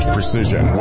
Precision